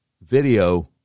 video